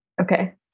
Okay